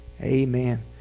Amen